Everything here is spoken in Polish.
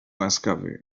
łaskawy